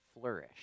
flourish